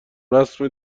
رسم